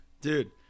Dude